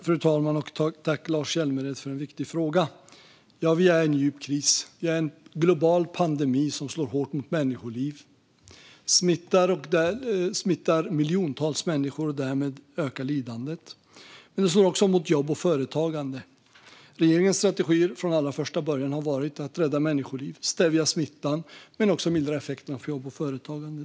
Fru talman! Tack, Lars Hjälmered, för en viktig fråga! Vi är i en djup kris och en global pandemi som slår hårt mot människoliv. Miljontals människor smittas, och därmed ökar lidandet. Den slår också mot jobb och företagande. Regeringens strategi från allra första början har varit att rädda människoliv och stävja smitta men också mildra effekterna på jobb och företagande.